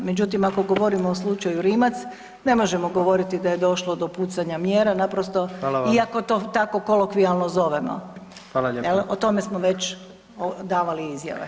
Međutim, ako govorimo o slučaju Rimac ne možemo govoriti da je došlo do pucanja mjera naprosto [[Upadica: Hvala vam]] iako to tako kolokvijalno zovemo, jel o tome smo već davali izjave.